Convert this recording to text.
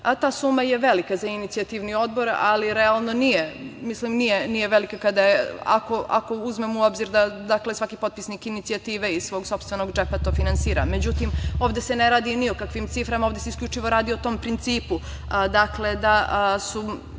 Ta suma je velika za inicijativni odbor, ali realno nije velika ako uzmemo u obzir da svaki potpisnik inicijative iz svog sopstvenog džepa to finansira.Međutim, ovde se ne radi ni o kakvim ciframa, ovde se isključivo radi o tom principu, dakle,